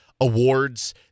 awards